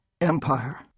empire